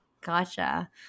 Gotcha